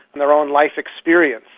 and their own life experience.